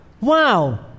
Wow